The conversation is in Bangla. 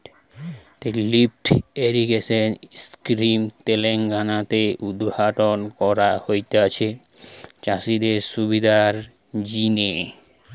লিফ্ট ইরিগেশন স্কিম তেলেঙ্গানা তে উদ্ঘাটন করা হতিছে চাষিদের সুবিধার জিনে